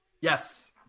Yes